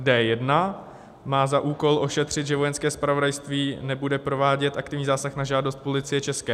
D1 má za úkol ošetřit, že Vojenské zpravodajství nebude provádět aktivní zásah na žádost Policie ČR.